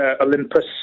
Olympus